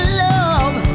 love